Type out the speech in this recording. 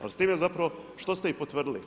Ali s time zapravo, što ste i potvrdili?